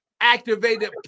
activated